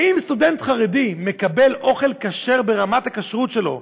האם סטודנט חרדי מקבל אוכל כשר ברמת הכשרות שלו?